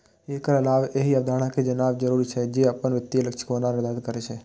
एकर अलावे एहि अवधारणा कें जानब जरूरी छै, जे अपन वित्तीय लक्ष्य कोना निर्धारित करी